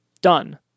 Done